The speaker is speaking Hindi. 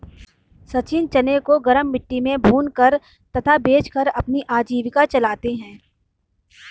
सचिन चने को गरम मिट्टी में भूनकर तथा बेचकर अपनी आजीविका चलाते हैं